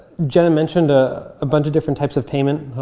jenna mentioned a bunch of different types of payment.